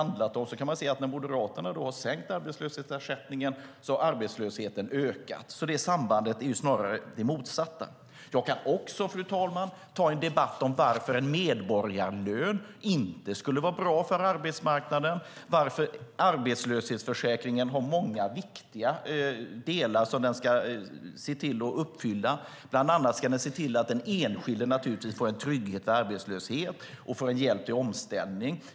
När Moderaterna har sänkt arbetslöshetsersättningen har arbetslösheten ökat. Sambandet är alltså snarare det motsatta. Jag kan också, fru talman, ta en debatt om varför en medborgarlön inte skulle vara bra för arbetsmarknaden. Arbetslöshetsförsäkringen har många viktiga delar som den ska se till att uppfylla. Bland annat ska den naturligtvis se till att den enskilde får en trygghet vid arbetslöshet och får hjälp till omställning.